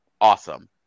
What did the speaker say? awesome